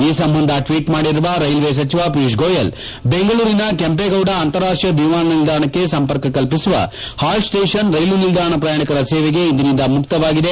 ಈ ಸಂಬಂಧ ಟ್ವೀಟ್ ಮಾಡಿರುವ ರೈಲ್ವೆ ಸಚಿವ ಪಿಯೂಶ್ ಗೋಯಲ್ ಬೆಂಗಳೂರಿನ ಕೆಂಪೇಗೌಡ ಅಂತಾರಾಷ್ಟೀಯ ವಿಮಾನ ನಿಲ್ದಾಣಕ್ಕೆ ಸಂಪರ್ಕ ಕಲ್ಪಿಸುವ ಹಾಲ್ಟ್ ಸ್ಪೇಷನ್ ರೈಲು ನಿಲ್ದಾಣ ಪ್ರಯಾಣಿಕರ ಸೇವೆಗೆ ಇಂದಿನಿಂದ ಮುಕ್ತವಾಗಿದೆ